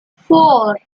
four